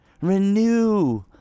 Renew